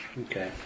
Okay